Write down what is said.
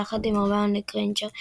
יחד עם הרמיוני גריינג'ר.